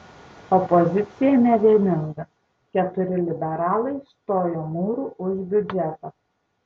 opozicija nevieninga keturi liberalai stojo mūru už biudžetą